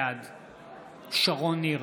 בעד שרון ניר,